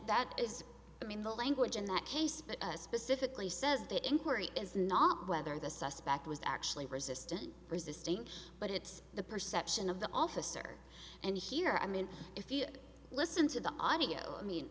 that is i mean the language in that case but specifically says the inquiry is not whether the suspect was actually resistant resisting but it's the perception of the officer and here i mean if you listen to the audio i mean